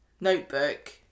notebook